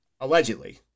Allegedly